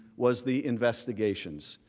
was the investigations.